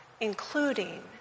including